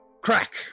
Crack